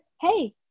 hey